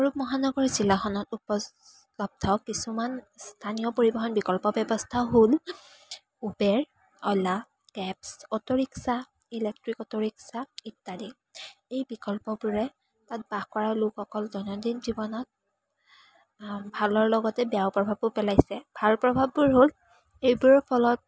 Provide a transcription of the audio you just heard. কামৰূপ মহানগৰ জিলাখনত উপলব্ধ কিছুমান স্থানীয় পৰিবহন বিকল্প ব্যৱস্থা হ'ল Uber Ola cabs auto rickshaw electric auto rickshaw ইত্যাদি এই বিকল্পবোৰে তাত বাস কৰা লোকসকলৰ দৈনন্দিন জীৱনত ভালৰ লগতে বেয়াও প্ৰভাৱো পেলাইছে ভাল প্ৰভাৱবোৰ হ'ল এইবোৰৰ ফলত